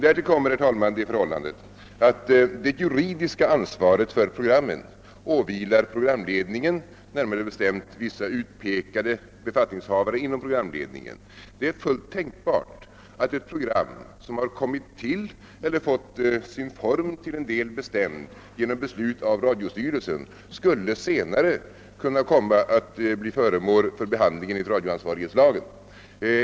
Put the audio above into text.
Härtill kommer emellertid det förhållandet att det juridiska ansvaret för programmen åvilar programledningen, närmare bestämt vissa utpekade befattningshavare inom programledningen. Det är fullt tänkbart att ett program som har tillkommit eller fått sin form till en del bestämd genom beslut av radiostyrelsen senare skulle kunna bli föremål för behandling enligt radioansvarighetslagen.